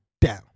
down